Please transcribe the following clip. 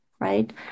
right